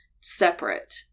separate